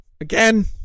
again